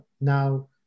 now